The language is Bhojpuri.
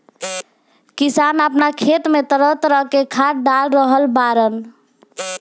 किसान आपना खेत में तरह तरह के खाद डाल रहल बाड़न